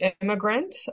immigrant